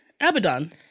Abaddon